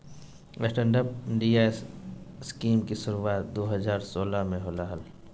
stand up India scheme के शुरुआत दू हज़ार सोलह में होलय हल